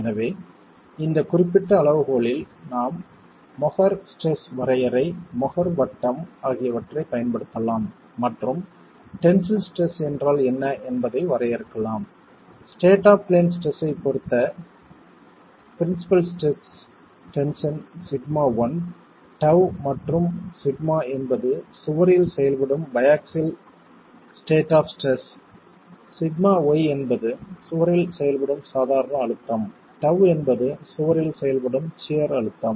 எனவே இந்தக் குறிப்பிட்ட அளவுகோலில் நாம் மொஹர் ஸ்ட்ரெஸ் வரையறை மொஹர் வட்டம் ஆகியவற்றைப் பயன்படுத்தலாம் மற்றும் டென்சில் ஸ்ட்ரெஸ் என்றால் என்ன என்பதை வரையறுக்கலாம் ஸ்டேட் ஆப் பிளேன் ஸ்ட்ரெஸ் ஐப் பொறுத்த பிரின்ஸிபல் டென்ஷன் σ1 τ மற்றும் σ என்பது சுவரில் செயல்படும் biaxial state of stress σy என்பது சுவரில் செயல்படும் சாதாரண அழுத்தம் τ என்பது சுவரில் செயல்படும் சியர் அழுத்தம்